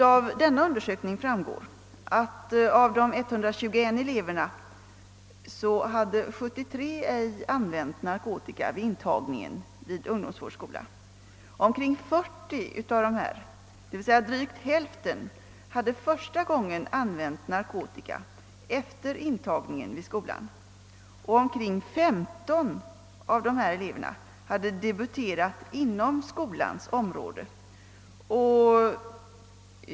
Av denna undersökning framgår att av de 121 eleverna hade 73 ej använt narkotika före intagningen vid ungdomsvårdsskola, omkring 40 hade första gången använt narkotika efter intagningen vid skolan och ungefär 15 hade debuterat inom skolans område.